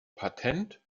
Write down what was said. patent